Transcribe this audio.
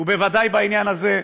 ובוודאי בעניין הזה.